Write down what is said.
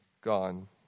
gone